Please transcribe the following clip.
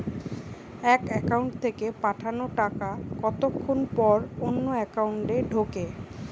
এক একাউন্ট থেকে পাঠানো টাকা কতক্ষন পর অন্য একাউন্টে ঢোকে?